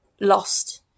lost